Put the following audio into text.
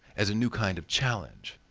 as a new kind of challenge.